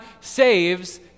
saves